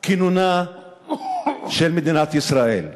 כינונה של מדינת ישראל.